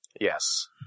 Yes